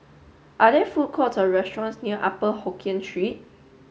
are there food courts or restaurants near Upper Hokkien Street